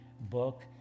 book